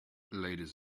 ladies